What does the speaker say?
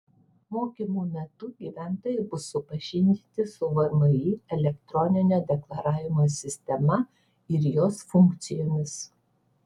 mokymų metu gyventojai bus supažindinti su vmi elektroninio deklaravimo sistema ir jos funkcijomis